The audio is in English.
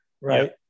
Right